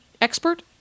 expert